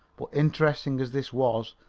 but interesting as this was,